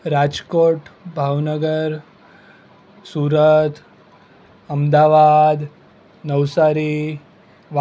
રાજકોટ ભાવનગર સુરત અમદાવાદ નવસારી વા